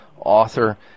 author